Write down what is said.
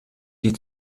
die